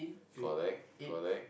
correct correct